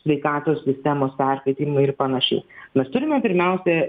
sveikatos sistemos perkaitimai ir panašiai mes turime pirmiausia